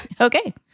Okay